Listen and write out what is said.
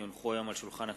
כי הונחו היום על שולחן הכנסת,